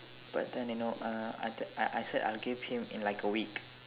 but then you know uh I I said I'll give him in like a week